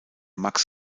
max